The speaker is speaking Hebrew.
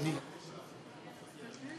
חברי הכנסת, אני הגשתי